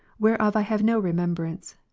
whereof i have no remembrance,